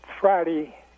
Friday